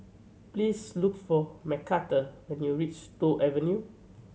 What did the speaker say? please look for Macarthur when you reach Toh Avenue